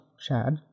Shad